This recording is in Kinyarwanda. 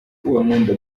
uwankunda